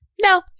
No